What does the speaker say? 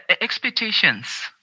expectations